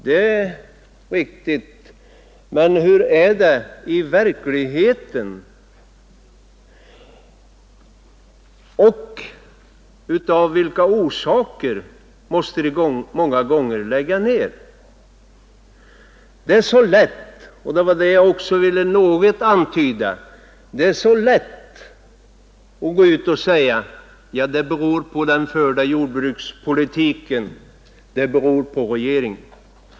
Det kan synas riktigt, men hur är det i verkligheten, och av vilka orsaker måste de många gånger lägga ner? Det är så lätt — och det var det jag också ville antyda i mitt första inlägg — att gå ut och säga att det beror på den förda jordbrukspolitiken — på regeringen.